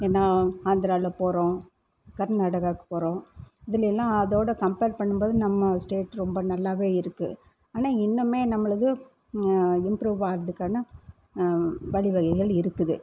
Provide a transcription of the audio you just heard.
ஏன்னால் ஆந்திராவில் போகிறோம் கர்நாடகாவுக்கு போகிறோம் இதிலேலாம் அதோடு கம்ப்பேர் பண்ணும்போது நம்ம ஸ்டேட் ரொம்ப நல்லாவே இருக்குது ஆனால் இன்னுமே நம்மளுடைது இம்ப்ரூவ் ஆகிறதுக்கான வழி வகைகள் இருக்குது